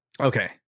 Okay